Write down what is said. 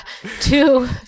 two